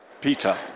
Peter